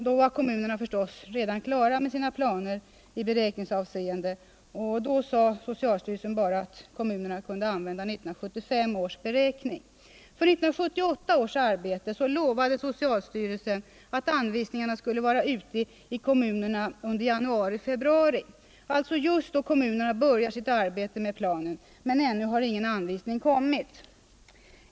Då var kommunerna redan klara med sin planer i beräkningsavseende, och då sade socialstyrelsen bara att kommunernna kunde använda 1975 års beräkning. För 1978 års arbete lovade socialstyrelsen att anvisningarna skulle vara ute i kommunerna under januari-februari, alltså just då kommunerna börjar sitt arbete med planen. Men ännu har inga anvisningar kommit.